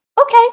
okay